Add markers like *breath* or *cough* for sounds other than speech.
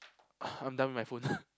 *breath* I'm done with my food